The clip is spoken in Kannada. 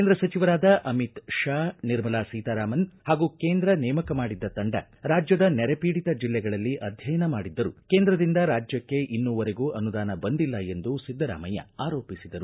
ಕೇಂದ್ರ ಸಚಿವರಾದ ಅಮಿತ್ ಶಾ ನಿರ್ಮಲಾ ಸೀತಾರಾಮನ್ ಪಾಗೂ ಕೇಂದ್ರ ನೇಮಕ ಮಾಡಿದ್ದ ತಂಡ ರಾಜ್ಯದ ನೆರೆ ಪೀಡಿತ ಜಿಲ್ಲೆಗಳಲ್ಲಿ ಅಧ್ಯಯನ ಮಾಡಿದ್ದರೂ ಕೇಂದ್ರದಿಂದ ರಾಜ್ಯಕ್ಕೆ ಇನ್ನೂ ವರೆಗೂ ಅನುದಾನ ಬಂದಿಲ್ಲ ಎಂದು ಸಿದ್ದರಾಮಯ್ಯ ಆರೋಪಿಸಿದರು